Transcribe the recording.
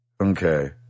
okay